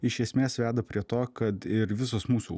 iš esmės veda prie to kad ir visos mūsų